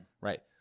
Right